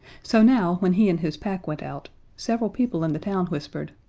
so now, when he and his pack went out, several people in the town whispered,